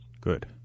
Good